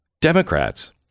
Democrats